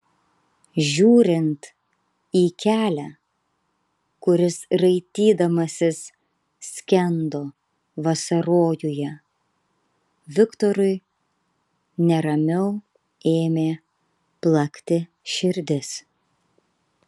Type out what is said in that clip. žiūrint į kelią kuris raitydamasis skendo vasarojuje viktorui neramiau ėmė plakti širdis